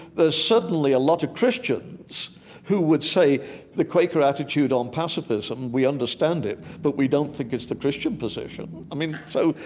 certainly a lot of christians who would say the quaker attitude on pacifism, we understand it, but we don't think it's the christian position. i mean, so,